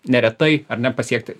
neretai ar ne pasiekti